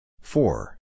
Four